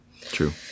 true